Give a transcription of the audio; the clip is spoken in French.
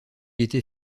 était